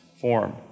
form